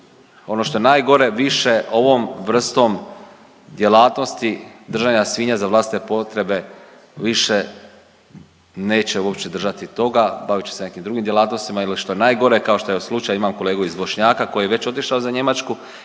ono što je najgore više ovom vrstom djelatnosti držanja svinja za vlastite potrebe, više neće uopće držati toga. Bavit će se nekim djelatnostima ili što je najgore kao što je slučaj, imam kolegu iz Bošnjaka koji je već otišao za Njemačku